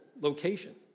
location